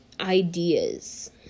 ideas